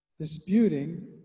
Disputing